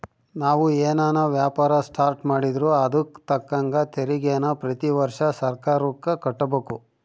ನಾವು ಏನನ ವ್ಯಾಪಾರ ಸ್ಟಾರ್ಟ್ ಮಾಡಿದ್ರೂ ಅದುಕ್ ತಕ್ಕಂಗ ತೆರಿಗೇನ ಪ್ರತಿ ವರ್ಷ ಸರ್ಕಾರುಕ್ಕ ಕಟ್ಟುಬಕು